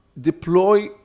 deploy